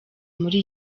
muri